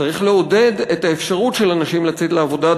צריך לעודד את האפשרות של אנשים לצאת לעבודה.